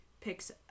picks